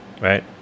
right